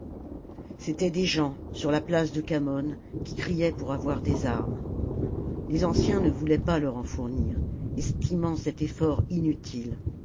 c'étaient des gens sur la place de khamon qui criaient pour avoir des armes les anciens ne voulaient pas leur en fournir estimant cet effort inutile